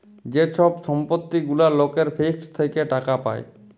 যে ছব সম্পত্তি গুলা লকের ফিক্সড থ্যাকে টাকা পায়